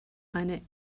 einer